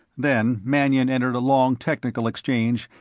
then mannion entered a long technical exchange,